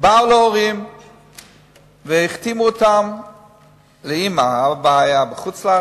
באו להורים והחתימו אותם, את האמא, האב היה בחו"ל.